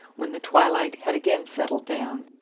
when the twilight had again settled down.